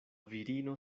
virino